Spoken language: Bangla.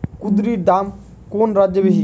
কুঁদরীর দাম কোন রাজ্যে বেশি?